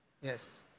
Yes